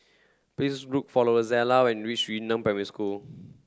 please look for Rozella when you reach Yu Neng Primary School